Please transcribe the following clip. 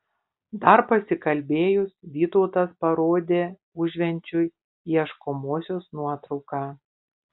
dar pasikalbėjus vytautas parodė užvenčiui ieškomosios nuotrauką